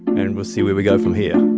and we'll see where we go from here